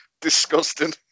Disgusting